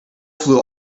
flew